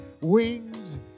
wings